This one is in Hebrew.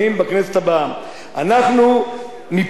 אנחנו מפה קוראים לממשלת ישראל,